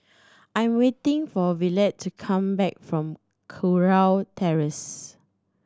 I'm waiting for Yvette to come back from Kurau Terrace